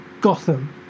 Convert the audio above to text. Gotham